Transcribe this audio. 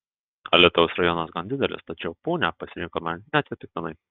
alytaus rajonas gan didelis tačiau punią pasirinkome neatsitiktinai